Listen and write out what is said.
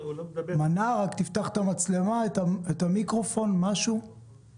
את ההוראות המהותיות בחוק לעניין מרכז הבקרה.